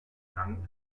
langen